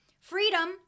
Freedom